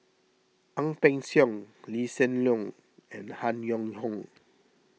Ang Peng Siong Lee Hsien Loong and Han Yong Hong